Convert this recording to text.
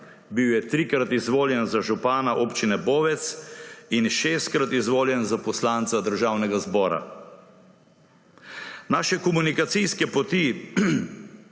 Bil je trikrat izvoljen za župana Občine Bovec in šestkrat izvoljen za poslanca Državnega zbora. Naše komunikacijske poti